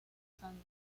sandra